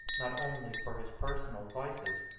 not only for his personal vices,